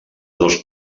dos